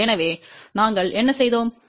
எனவே நாங்கள் என்ன செய்தோம் 0